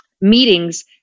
meetings